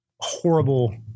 horrible